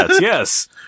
Yes